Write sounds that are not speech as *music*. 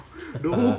*laughs*